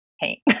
paint